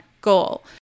goal